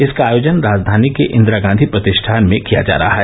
इसका आयोजन राजधानी के ईदैरा गांधी प्रतिष्ठान में किया जा रहा है